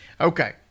Okay